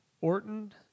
Orton